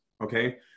okay